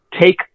take